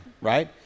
right